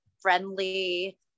friendly